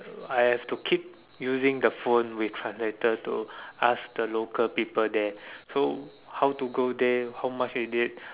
I have to keep using the phone with translator to ask the local people there so how to go there how much is it